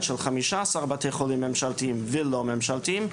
של 15 בתי חולים ממשלתיים ולא ממשלתיים,